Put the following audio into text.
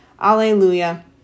Alleluia